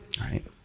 right